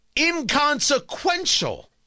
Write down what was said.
inconsequential